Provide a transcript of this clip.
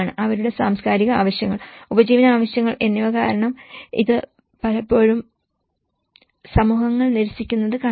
അവരുടെ സാംസ്കാരിക ആവശ്യങ്ങൾ ഉപജീവന ആവശ്യങ്ങൾ എന്നിവ കാരണം ഇത് പലപ്പോഴും സമൂഹങ്ങൾ നിരസിക്കുന്നത് കാണാം